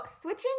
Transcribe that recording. switching